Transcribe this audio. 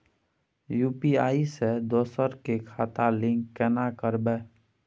UPI से दोसर के खाता लिंक केना करबे?